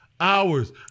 hours